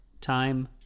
time